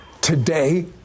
Today